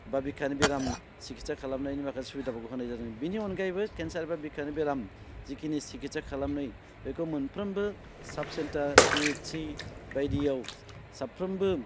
बा बिखानि बेराम सिखिथसा खालामनायनि माखासे सुबिदाफोरखौ होनाय जादों बिनि अनगायैबो केन्सार एबा बिखानि बेराम जिखिनि सिखिथसा खालामनाय बेखौ मोनफ्रोमबो sub centre P H C बायदियाव साफ्रोमबो